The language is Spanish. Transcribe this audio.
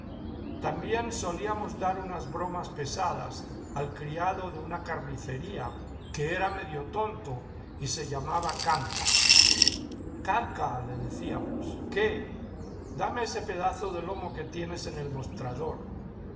también solíamos dar unas bromas pesadas al criado de una carnicería que era medio tonto y se llamaba canea icancal le decíam os qué dame ese pedazo de lomo que tienes en el mostrador